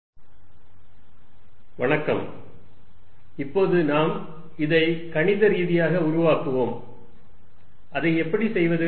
ஒரு புலத்தின் விரிகை இப்போது நாம் இதை கணித ரீதியாக உருவாக்குவோம் அதை எப்படி செய்வது